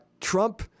Trump